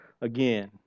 again